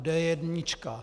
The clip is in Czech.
D jednička.